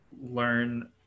learn